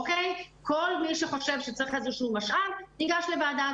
כל מי שחושב שצריך איזשהו משאב ניגש לוועדה.